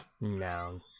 No